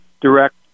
direct